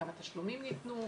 כמה תשלומים ניתנו.